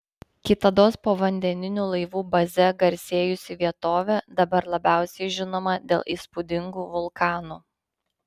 kitados povandeninių laivų baze garsėjusi vietovė dabar labiausiai žinoma dėl įspūdingų vulkanų